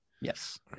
Yes